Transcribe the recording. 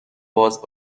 باز